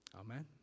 Amen